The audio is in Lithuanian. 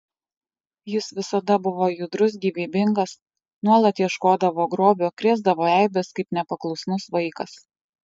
jis visada buvo judrus gyvybingas nuolat ieškodavo grobio krėsdavo eibes kaip nepaklusnus vaikas